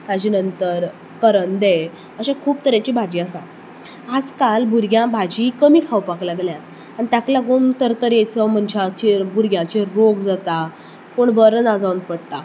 ताजे नंतर करंदे अशे खूब तरेची भाजी आसा आजकाल भुरगीं खूब कमी भाजी खावपाक लागल्या आनी ताका लागून तरेतरेचो मनशांचेर भुरग्यांचेर रोग जाता कोण बरो ना जावन पडटा